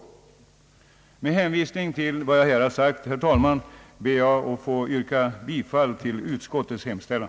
Med hänvisning till vad jag anfört, herr talman, ber jag att få yrka bifall till utskottets hemställan.